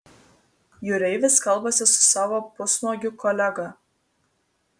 jūreivis kalbasi su savo pusnuogiu kolega